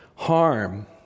Harm